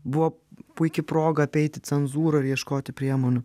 buvo puiki proga apeiti cenzūrą ir ieškoti priemonių